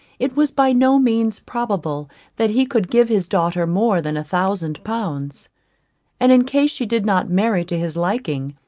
it was by no means probable that he could give his daughter more than a thousand pounds and in case she did not marry to his liking,